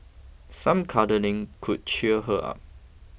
some cuddling could cheer her up